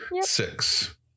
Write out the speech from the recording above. Six